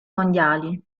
mondiali